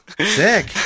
Sick